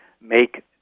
make